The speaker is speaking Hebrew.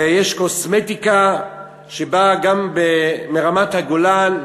יש קוסמטיקה שבאה גם מרמת-הגולן,